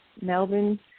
Melbourne